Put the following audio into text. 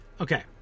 Okay